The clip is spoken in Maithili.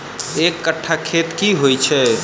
एक कट्ठा खेत की होइ छै?